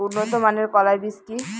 উন্নত মানের কলাই বীজ কি?